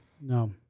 No